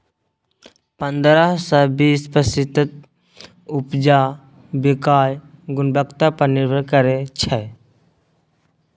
पंद्रह सँ बीस प्रतिशत उपजा बीयाक गुणवत्ता पर निर्भर करै छै